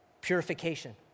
purification